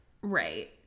Right